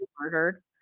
murdered